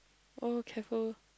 oh careful